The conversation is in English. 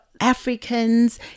africans